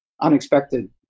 unexpected